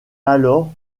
alors